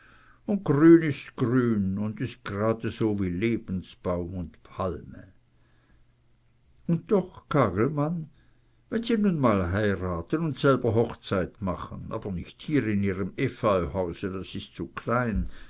un grün is grün un is jradeso wie lebensbaum und palme und doch kagelmann wenn sie nun mal heiraten und selber hochzeit machen aber nicht hier in ihrem efeuhause das ist zu klein